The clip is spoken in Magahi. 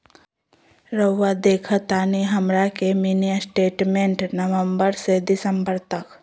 रहुआ देखतानी हमरा के मिनी स्टेटमेंट नवंबर से दिसंबर तक?